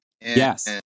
Yes